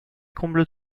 comble